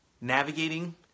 navigating